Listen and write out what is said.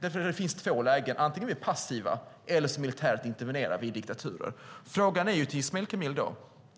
Det finns två lägen. Antingen är vi passiva eller också intervenerar vi militärt i diktaturer. Frågan till Ismail Kamil är då: